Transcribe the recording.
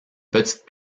petite